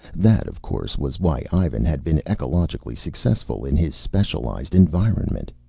that, of course, was why ivan had been ecologically successful in his specialized environment.